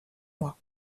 moi